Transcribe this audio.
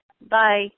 Bye